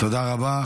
תודה רבה.